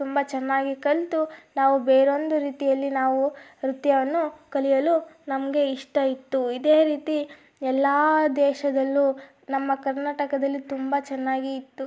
ತುಂಬ ಚೆನ್ನಾಗಿ ಕಲಿತು ನಾವು ಬೇರೊಂದು ರೀತಿಯಲ್ಲಿ ನಾವು ನೃತ್ಯವನ್ನು ಕಲಿಯಲು ನಮಗೆ ಇಷ್ಟ ಇತ್ತು ಇದೇ ರೀತಿ ಎಲ್ಲ ದೇಶದಲ್ಲೂ ನಮ್ಮ ಕರ್ನಾಟಕದಲ್ಲಿ ತುಂಬ ಚೆನ್ನಾಗಿ ಇತ್ತು